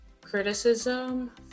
criticism